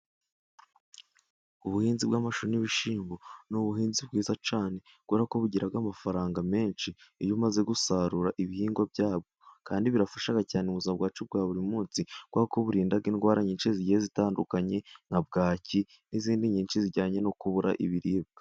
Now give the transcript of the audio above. Ubuhinzi bw'amashu n'ibishyimbo ni ubuhinzi bwiza cyane, kubera ko bugira amafaranga menshi, iyo umaze gusarura ibihingwa byabwo, kandi birafasha cyane ubuzima bwacu bwa buri munsi, kubera ko birinda indwara nyinshi zigiye zitandukanye, nka bwaki n'izindi nyinshi zijyanye no kubura ibiribwa.